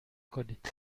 کنید